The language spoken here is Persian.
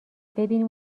ببینیم